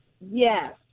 Yes